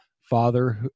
Father